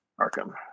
Arkham